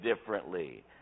differently